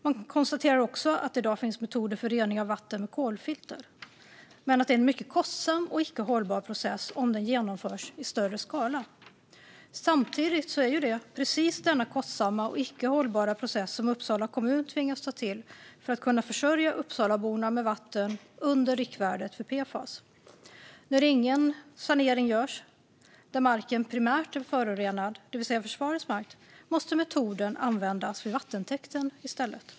Man konstaterar också att det i dag finns metoder för rening av vatten med kolfilter men att det är en mycket kostsam och icke hållbar process om den genomförs i större skala. Samtidigt är det precis denna kostsamma och icke hållbara process som Uppsala kommun tvingats ta till för att kunna försörja Uppsalaborna med vatten under riktvärdet för PFAS. När ingen sanering görs där marken primärt är förorenad, det vill säga försvarets mark, måste metoden användas vid vattentäkten i stället.